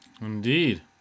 indeed